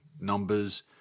numbers